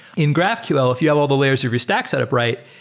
in graphql, if you have all the layers of your stack set up right,